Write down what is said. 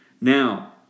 Now